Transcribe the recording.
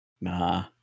Nah